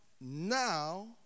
now